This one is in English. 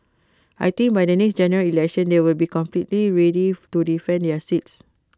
I think by the next General Election they will be completely ready to defend their seats